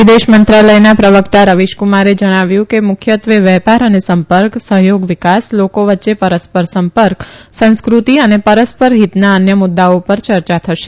વિદેશ મંત્રાલયના પ્રવકતા રવીશ કુમારે જણાવ્યું કે મુખ્યત્વે વેપાર અને સંપર્ક સહયોગ વિકાસ લોકો વચ્ચે પરસ્પર સંપર્ક સંસ્કૃતિ અને પરસ્પર હિતના અન્ય મુદૃાઓ ઉપર ચર્ચા થશે